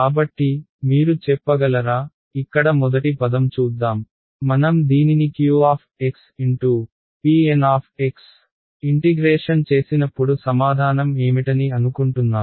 కాబట్టి మీరు చెప్పగలరా ఇక్కడ మొదటి పదం చూద్దాం మనం దీనిని qpN ఇంటిగ్రేషన్ చేసినప్పుడు సమాధానం ఏమిటని అనుకుంటున్నారు